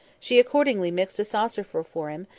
she accordingly mixed a saucerful for him,